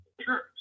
Sure